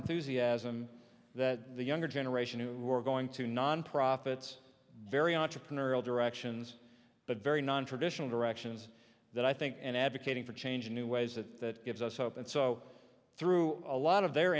enthusiasm that the younger generation who are going to nonprofits very entrepreneurial directions but very nontraditional directions that i think and advocating for change in new ways that gives us hope and so through a lot of their